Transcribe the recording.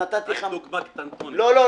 יש לי רק דוגמה קטנה מאתמול.